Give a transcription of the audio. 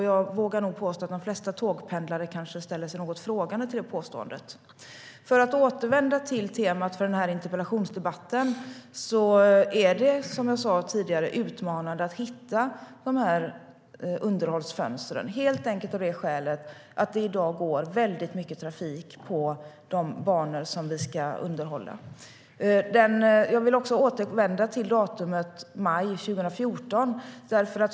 Jag vågar nog påstå att de flesta tågpendlare ställer sig något frågande till det påståendet. För att återvända till temat för interpellationsdebatten är det, som jag sa tidigare, en utmaning att hitta underhållsfönstren - helt enkelt av det skälet att det i dag går mycket trafik på de banor som vi ska underhålla. Jag vill återvända till datumet maj 2014.